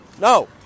No